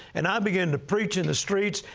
and i began to preach in the streets.